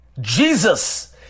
Jesus